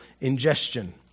ingestion